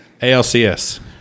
alcs